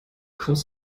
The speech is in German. kommst